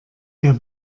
der